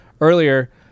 earlier